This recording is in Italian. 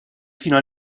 fino